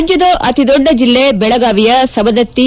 ರಾಜ್ಯದ ಅತಿದೊಡ್ಡ ಜಿಲ್ಲೆ ಬೆಳಗಾವಿಯ ಸವದತ್ತಿ